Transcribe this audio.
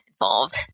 involved